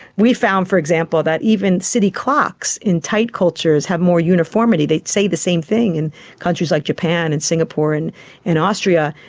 we found, for example, that even city clocks in tight cultures have more uniformity, they say the same thing in countries like japan and singapore and austria,